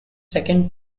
second